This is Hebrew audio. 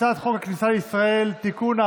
הצעת חוק הכניסה לישראל (תיקון,